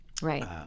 Right